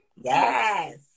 Yes